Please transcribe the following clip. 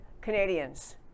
Canadians